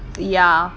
ya